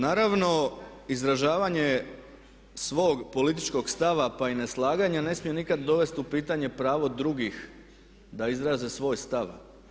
Naravno, izražavanje svog političkog stava pa i neslaganje ne smije nikada dovesti u pravo pitanje drugih da izraze svoj stav.